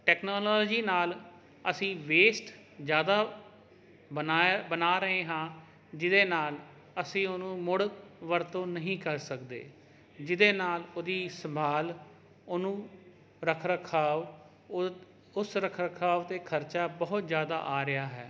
technology ਨਾਲ ਅਸੀਂ waste ਜਿਆਦਾ ਬਣਾਏ ਬਣਾ ਰਹੇ ਹਾਂ ਜਿਹਦੇ ਨਾਲ ਅਸੀਂ ਉਹਨੂੰ ਮੁੜ ਵਰਤੋਂ ਨਹੀਂ ਕਰ ਸਕਦੇ ਜਿਹਦੇ ਨਾਲ ਉਹਦੀ ਸੰਭਾਲ ਉਹਨੂੰ ਰੱਖ ਰਖਾਵ ਉਸ ਉਸ ਰੱਖ ਰਖਾਵ 'ਤੇ ਖਰਚਾ ਬਹੁਤ ਜ਼ਿਆਦਾ ਆ ਰਿਹਾ ਹੈ